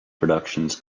productions